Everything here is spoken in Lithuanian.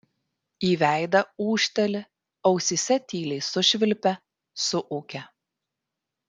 į veidą ūžteli ausyse tyliai sušvilpia suūkia